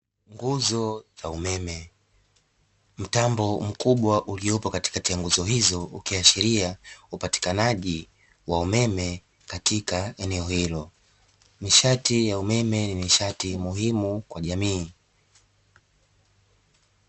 Nguzo za umeme, mtambo mkubwa uliyopo katikati ya nguzo hizo ukiashiria upatikanaji wa umeme katika eneo hilo, nishati ya umeme ni nishati muhimu kwa jamii.